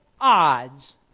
odds